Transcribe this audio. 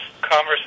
conversation